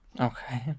Okay